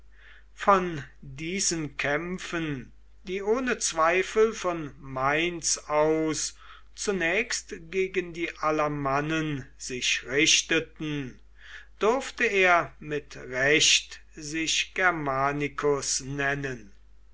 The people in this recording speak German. von diesen kämpfen die ohne zweifel von mainz aus zunächst gegen die alamannen sich richteten durfte er mit recht sich germanicus nennen